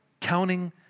counting